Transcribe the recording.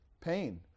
pain